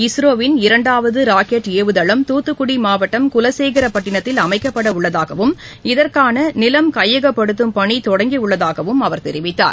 இஸ்ரோவின் இரண்டாவது ராக்கெட் ஏவுதளம் துத்துக்குடி மாவட்டம் குலசேகரப்பட்டினத்தில் அமைக்கப்பட உள்ளதாகவும் இதற்கான நிலம் கையகப்படுத்தும் பணி தொடங்கி உள்ளதாகவும் அவர் தெரிவித்தார்